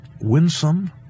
winsome